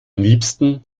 liebsten